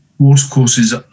watercourses